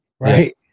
Right